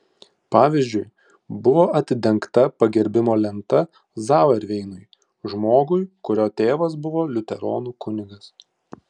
pavyzdžiui buvo atidengta pagerbimo lenta zauerveinui žmogui kurio tėvas buvo liuteronų kunigas